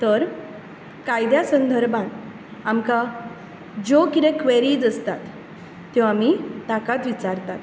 तर कायद्या संदर्भांत आामका ज्यो कितें क्वेरीज आसतात त्यो आमी ताकाच विचारतात